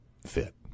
fit